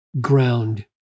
ground